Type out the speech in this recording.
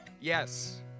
yes